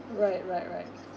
right right right